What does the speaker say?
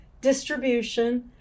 distribution